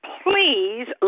please